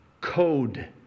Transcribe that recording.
code